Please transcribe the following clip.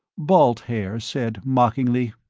balt haer said mockingly,